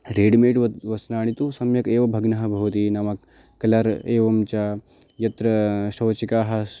readymade वा वस्त्राणि तु सम्यक् एव भग्नाः भवति नाम कलर् एवं च यत्र शौचिकाः